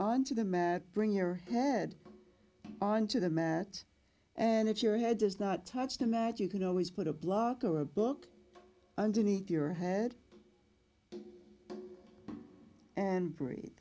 onto the mat bring your head onto the mat and if your head does not touch the mat you can always put a block or a book underneath your head and bre